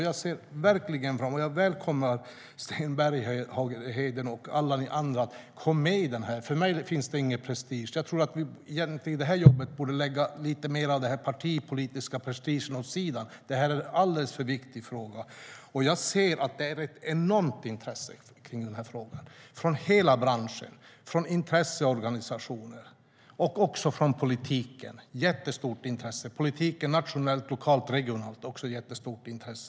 Jag ser verkligen fram emot det, och jag välkomnar Sten Bergheden och alla andra att komma med. För mig finns det ingen prestige. I detta arbete borde vi lägga lite mer av den partipolitiska prestigen åt sidan. Detta är en alldeles för viktig fråga. Jag ser att det finns ett enormt intresse för denna fråga från hela branschen, från intresseorganisationer och från politiken. Det finns ett stort intresse från politiken nationellt, regionalt och lokalt.